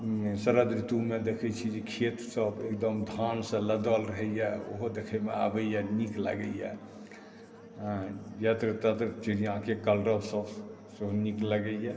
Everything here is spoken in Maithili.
शरद ऋतुमे जे देखै छी खेत सब एकदम धानसँ लदल रहैए ओहो देखैमे आबैए से नीक लागैए यत्र तत्र चिड़ियाके कलरव सेहो नीक लगैए